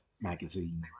magazine